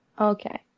Okay